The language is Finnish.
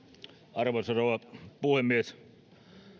arvoisa rouva puhemies